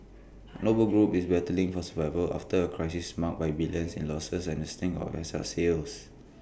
noble group is battling for survival after A crisis marked by billions in losses and A string of asset sales